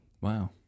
wow